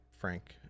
Frank